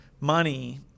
money